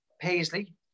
Paisley